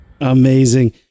Amazing